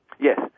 Yes